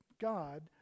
God